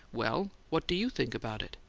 well, what do you think about it?